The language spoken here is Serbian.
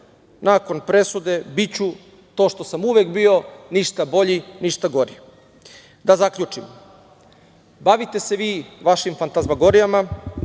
nakon presude biću to što sam uvek bio, ništa bolji, ništa gori. Da zaključim. Bavite se vi vašim fantazmagorijama,